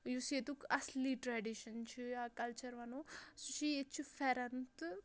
یُس ییٚتیُک اَصلی ٹریڈِشَن چھُ یا کَلچَر وَنو سُہ چھُ ییٚتہِ چھُ پھٮ۪رَن تہٕ